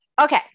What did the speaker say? okay